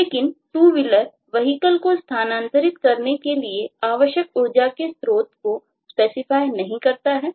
लेकिन TwoWheeler Vehicle को स्थानांतरित करने के लिए आवश्यक ऊर्जा के स्रोत को स्पेसिफाई नहीं करता है